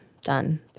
done